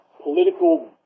political